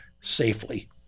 safely